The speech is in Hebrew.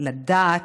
לדעת,